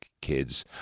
kids